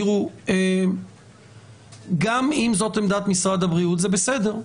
תראו, גם אם זאת עמדת משרד הבריאות, זה בסדר.